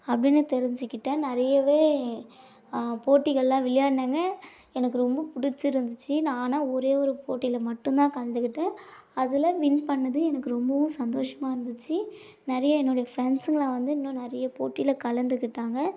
அப்படின்னு தெரிஞ்சிக்கிட்டேன் நிறையவே போட்டிகள்லாம் விளையாடுனாங்க எனக்கு ரொம்ப பிடிச்சிருந்துச்சு நான் ஆனால் ஒரே ஒரு போட்டியில மட்டும் தான் கலந்துக்கிட்டேன் அதில் வின் பண்ணது எனக்கு ரொம்பவும் சந்தோசமாக இருந்துச்சு நிறைய என்னுடைய ஃப்ரெண்ட்ஸ்ஸுங்கலாம் வந்து இன்னும் நிறைய போட்டியில் கலந்துக்கிட்டாங்க